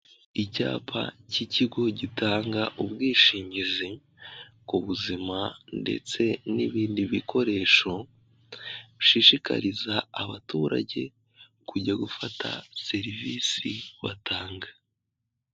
Icyapa cy'ikigo gitanga ubwishingizi, ku buzima ndetse n'ibindi bikoresho, gishishikariza abaturage kujya gufata serivisi batanga.